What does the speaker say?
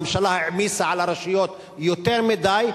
הממשלה העמיסה על הרשויות יותר מדי,